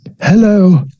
Hello